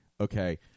Okay